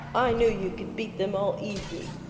i knew you could beat them all easy.